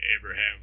Abraham